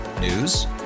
News